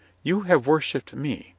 you have worshipped me,